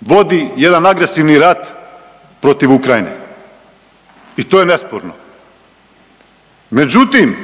vodi jedan agresivni rat protiv Ukrajine. I to je nesporno. Međutim,